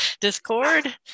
discord